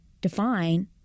define